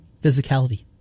Physicality